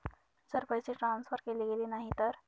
जर पैसे ट्रान्सफर केले गेले नाही तर?